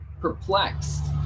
perplexed